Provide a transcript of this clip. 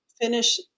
finish